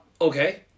okay